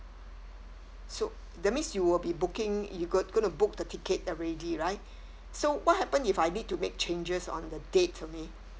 so that means you will be booking you're going going to book the ticket already right so what happen if I need to make changes on the dates only